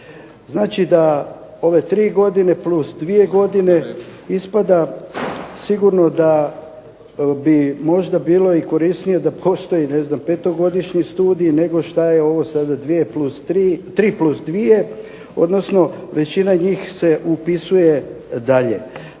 Znači da ove tri godine plus dvije godine ispada sigurno da bi možda bilo i korisnije da postoji petogodišnji studij nego što je ovo sada tri plus dvije, odnosno većina njih se upisuje dalje.